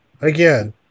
again